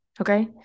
okay